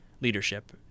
leadership